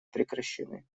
прекращены